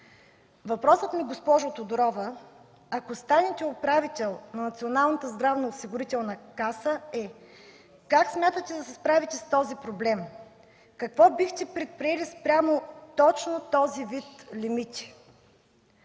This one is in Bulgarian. Въпросът ми, госпожо Тодорова, ако станете управител на Националната здравноосигурителна каса, е: как смятате да се справите с този проблем? Какво бихте предприели спрямо точно този вид лимити?